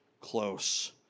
close